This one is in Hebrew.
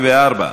54),